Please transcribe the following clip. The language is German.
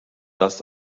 das